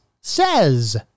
says